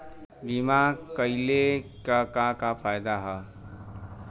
बीमा कइले का का फायदा ह?